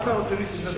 מה אתה רוצה, נסים?